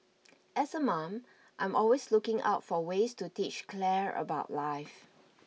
as a mom I'm always looking out for ways to teach Claire about life